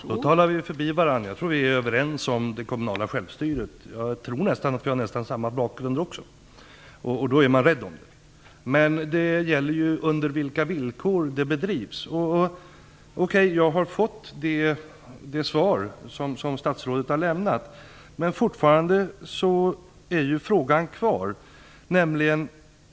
Fru talman! Nu talar vi förbi varandra. Jag tror att vi är överens om det kommunala självstyret. Jag tror också att vi nästan har sammma bakgrund, och då är man rädd om det självstyret. Frågan gäller under vilka villkor det bedrivs. Jag har fått det svar som statsrådet har lämnat. Men frågan kvarstår fortfarande.